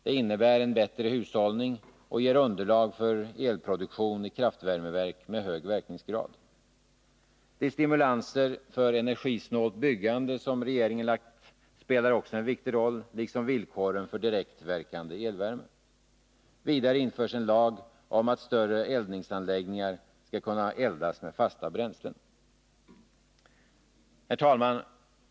Det innebär en bättre hushållning och ger underlag för elproduktion i kraftvärmeverk med hög verkningsgrad. De stimulanser för energisnålt byggande som regeringen initierat spelar också en viktig roll, liksom villkoren för direktverkande elvärme. Vidare införs en lag om att större eldningsanläggningar skall kunna ställas om för eldning med fasta bränslen. Herr talman!